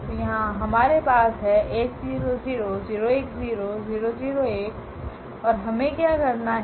तो यहाँ हमारे पास है और हमें क्या करना है